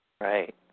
Right